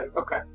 Okay